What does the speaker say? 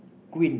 queen